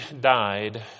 died